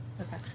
Okay